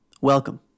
Welcome